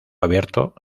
abierto